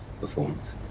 performance